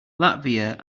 latvia